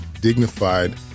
dignified